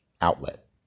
outlet